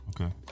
Okay